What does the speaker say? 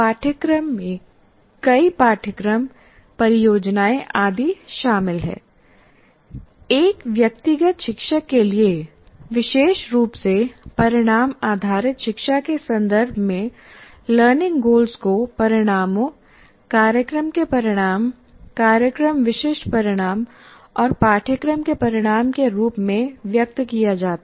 पाठ्यक्रम में कई पाठ्यक्रम परियोजनाएं आदि शामिल हैं लेकिन एक व्यक्तिगत शिक्षक के लिए विशेष रूप से परिणाम आधारित शिक्षा के संदर्भ में लर्निंग गोल्ज को परिणामों कार्यक्रम के परिणाम कार्यक्रम विशिष्ट परिणाम और पाठ्यक्रम के परिणाम के रूप में व्यक्त किया जाता है